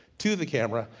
to the camera.